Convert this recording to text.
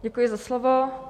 Děkuji za slovo.